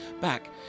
back